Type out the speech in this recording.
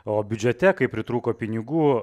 o biudžete kai pritrūko pinigų